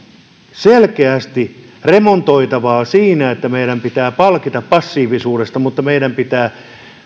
selkeästi remontoitavaa siinä että meidän ei pitäisi palkita passiivisuudesta mutta meidän pitää